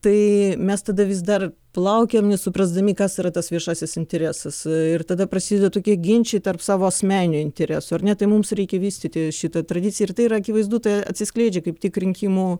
tai mes tada vis dar plaukiam nesuprasdami kas yra tas viešasis interesas ir tada prasideda tokie ginčai tarp savo asmeninių interesų ar ne tai mums reikia vystyti šitą tradiciją ir tai yra akivaizdu tai atsiskleidžia kaip tik rinkimų